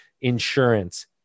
insurance